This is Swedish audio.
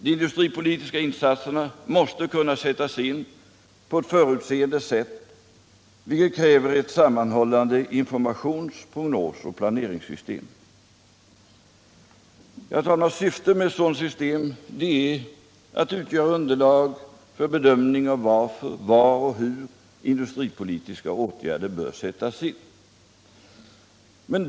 De industripolitiska insatserna måste kunna sättas in på ett förutseende sätt vilket kräver ett sammanhållet informations-, prognosoch planeringssystem. Syftet med ett sådant system är att utgöra underlag för bedömning av varför, var och hur industripolitiska åtgärder bör sättas in.